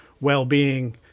well-being